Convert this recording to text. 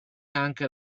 anche